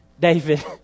David